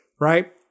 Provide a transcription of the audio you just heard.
right